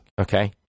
okay